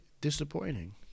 disappointing